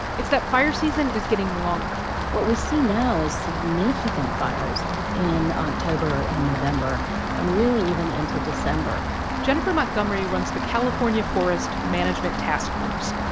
it's that fire season is getting longer what we see now is significant fires in october and november and really even into december jennifer montgomery runs the california forest management task force,